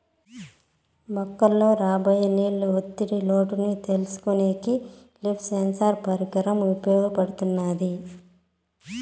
మొక్కలలో రాబోయే నీళ్ళ లోటు ఒత్తిడిని తెలుసుకొనేకి లీఫ్ సెన్సార్ పరికరం ఉపయోగపడుతాది